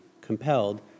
compelled